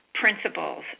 principles